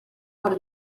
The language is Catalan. per